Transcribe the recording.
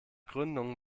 gründung